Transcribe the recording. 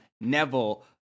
Neville